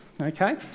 Okay